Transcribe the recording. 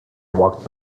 walked